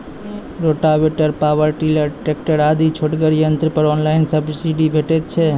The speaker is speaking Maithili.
रोटावेटर, पावर टिलर, ट्रेकटर आदि छोटगर यंत्र पर ऑनलाइन सब्सिडी भेटैत छै?